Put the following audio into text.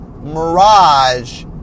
Mirage